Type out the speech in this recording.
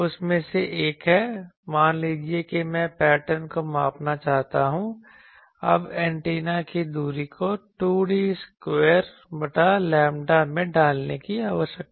उस में से एक है मान लीजिए कि मैं पैटर्न को मापना चाहता हूं अब एंटीना की दूरी को 2D स्क्वायर बटा लैम्ब्डा में डालने की आवश्यकता है